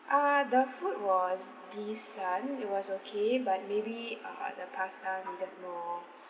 uh the food was decent it was okay but maybe uh the pasta needed more